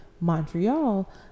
Montreal